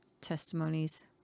testimonies